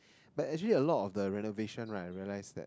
but actually a lot of the renovation right I realise that